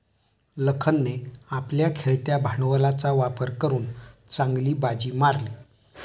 लखनने आपल्या खेळत्या भांडवलाचा वापर करून चांगली बाजी मारली